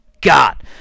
God